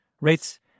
Rates